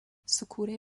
sukūrė